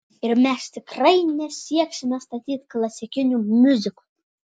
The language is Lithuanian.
ir mes tikrai nesieksime statyti klasikinių miuziklų